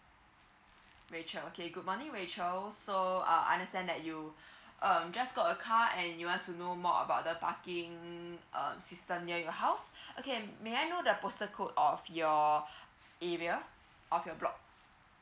rachel okay good morning rachel so uh I understand that you um just got a car and you want to know more about the parking um system near your house okay may I know the postal code of your area of your block